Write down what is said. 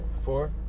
Four